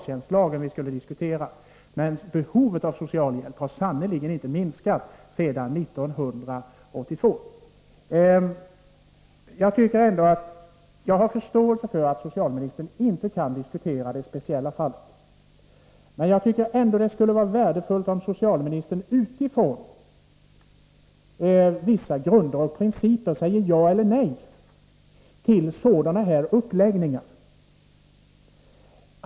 Men låt oss inte diskutera orsak och verkan i detta sammanhang; det var socialtjänstlagen som vi skulle diskutera. Jag har förståelse för att socialministern inte kan diskutera det speciella fallet, men det skulle vara värdefullt om socialministern utifrån vissa grunder och principer sade ja eller nej till sådana här uppläggningar.